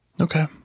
Okay